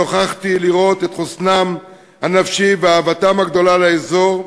נוכחתי לראות את חוסנם הנפשי ואהבתם הגדולה לאזור,